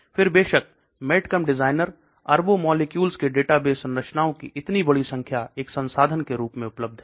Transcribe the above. फिर बेशक medchem designer अरबों मोलेक्युल्स के डेटाबेस संरचनाओं की इतनी बड़ी संख्या एक संसाधन के रूप में उपलब्ध हैं